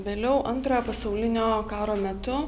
vėliau antrojo pasaulinio karo metu